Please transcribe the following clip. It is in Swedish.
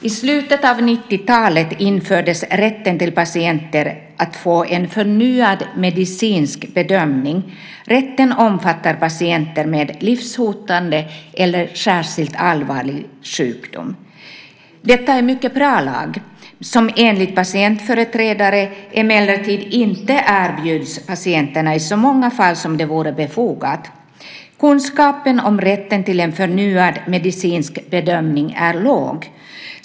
I slutet av 90-talet infördes rätten för patienter att få en förnyad medicinsk bedömning. Rätten omfattar patienter med livshotande eller särskilt allvarlig sjukdom. Det är en mycket bra lag. Men enligt patientföreträdare erbjuds den emellertid inte patienterna i så många fall som det vore befogat. Kunskapen om rätten till en förnyad medicinsk bedömning är låg.